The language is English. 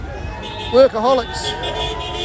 workaholics